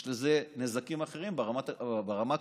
יש לזה נזקים אחרים ברמה הכלכלית,